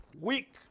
week